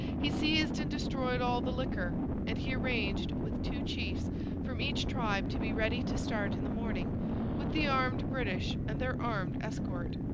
he seized and destroyed all the liquor and he arranged with two chiefs from each tribe to be ready to start in the morning with the armed british and their armed escort.